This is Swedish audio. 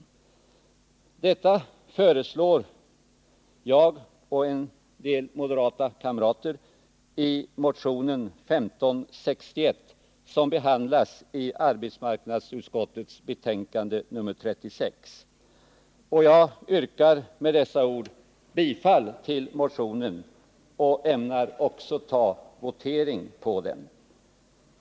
En sådan översyn föreslår jag och en del moderata kamrater i motionen 1561, som behandlas i arbetsmarknadsutskottets betänkande nr 36. Jag yrkar med dessa ord bifall till motionen och ämnar även begära votering.